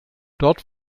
dort